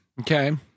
Okay